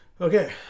Okay